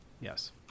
Yes